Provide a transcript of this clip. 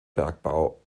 bergbau